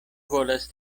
volas